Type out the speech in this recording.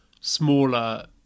smaller